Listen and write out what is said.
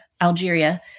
Algeria